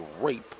rape